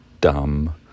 dumb